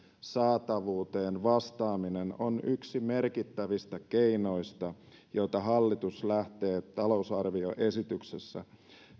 saatavuuteen vastaaminen on yksi merkittävistä keinoista joita hallitus lähtee talousarvioesityksessä